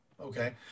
Okay